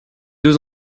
deux